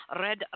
Red